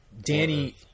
Danny